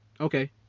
Okay